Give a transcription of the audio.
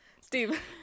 Steve